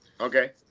Okay